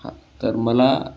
हां तर मला